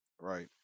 Right